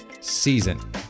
season